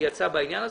שיצא בעניין הזה.